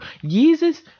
Jesus